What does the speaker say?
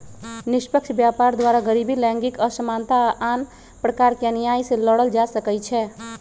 निष्पक्ष व्यापार द्वारा गरीबी, लैंगिक असमानता आऽ आन प्रकार के अनिआइ से लड़ल जा सकइ छै